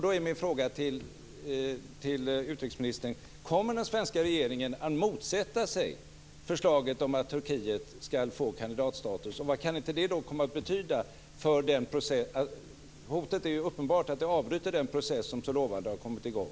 Då är min fråga till utrikesministern: Kommer den svenska regeringen att motsätta sig förslaget om att Turkiet ska få kandidatstatus? Hotet är uppenbart att det avbryter den process som så lovande kommit i gång.